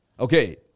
Okay